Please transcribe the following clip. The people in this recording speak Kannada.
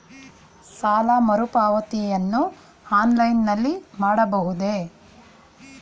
ಸಾಲ ಮರುಪಾವತಿಯನ್ನು ಆನ್ಲೈನ್ ನಲ್ಲಿ ಮಾಡಬಹುದೇ?